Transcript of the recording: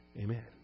Amen